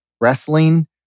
wrestling